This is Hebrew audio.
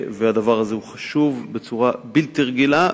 הדבר הזה חשוב בצורה בלתי רגילה,